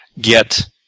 get